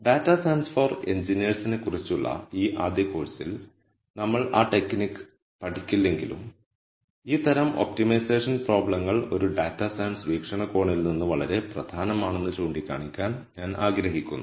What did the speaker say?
data science for എൻജിനീയേഴ്സിനെക്കുറിച്ചുള്ള ഈ ആദ്യ കോഴ്സിൽ നമ്മൾ ആ ടെക്നിക് പഠിക്കില്ലെങ്കിലും ഈ തരം ഒപ്റ്റിമൈസേഷൻ പ്രോബ്ലങ്ങൾ ഒരു ഡാറ്റാ സയൻസ് വീക്ഷണകോണിൽ നിന്ന് വളരെ പ്രധാനമാണെന്ന് ചൂണ്ടിക്കാണിക്കാൻ ഞാൻ ആഗ്രഹിക്കുന്നു